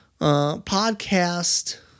podcast